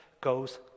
goes